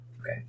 Okay